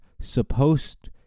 supposed